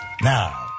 Now